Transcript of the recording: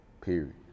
period